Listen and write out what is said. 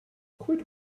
quit